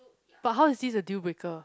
but how is this a deal breaker